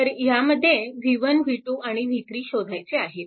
तर ह्यामध्ये v1 v2 आणि v3 शोधायचे आहेत